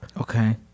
Okay